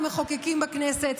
המחוקקים בכנסת,